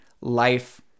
life